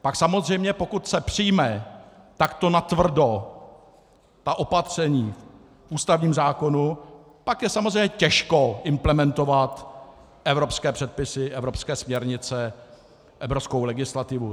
Pak samozřejmě, pokud se přijmou takto natvrdo ta opatření v ústavním zákoně, pak je samozřejmě těžko implementovat evropské předpisy, evropské směrnice, evropskou legislativu.